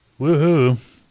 Woohoo